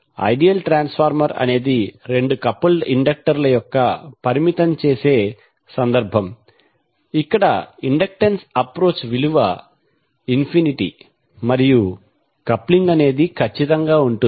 ideal transformer అనేది రెండు coupled ఇండక్టర్ల యొక్క పరిమితం చేసే సందర్భం ఇక్కడ ఇండక్టెన్స్ అప్రోచ్ విలువ ఇన్ఫినిటీ మరియు కప్లింగ్ ఖచ్చితంగా ఉంటుంది